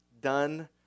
done